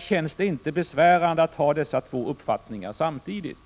Känns det inte besvärande att ha dessa två uppfattningar samtidigt?